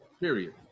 period